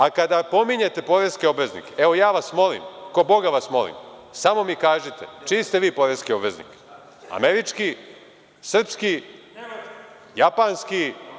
A kada pominjete poreske obveznike, evo ja vas molim, kao Boga vas molim, samo mi kažite, čiji ste vi poreski obveznik, američki, srpski, japanski?